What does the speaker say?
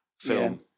film